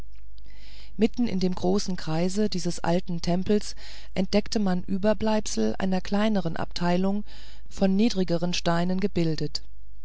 mitten in dem großen kreise dieses alten tempels entdeckte man überbleibsel einer kleineren abteilung von niedrigeren steinen gebildet